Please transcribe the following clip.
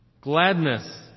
gladness